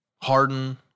Harden